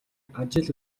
ажил